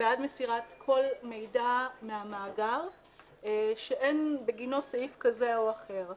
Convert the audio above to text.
בעד מסירת כל מידע מן המאגר שאין בגינו סעיף כזה או אחר.